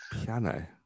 Piano